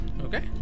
Okay